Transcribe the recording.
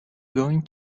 going